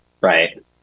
right